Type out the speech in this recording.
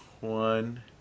one